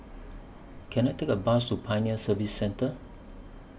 Can I Take A Bus to Pioneer Service Centre